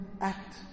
act